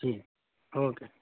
جی okay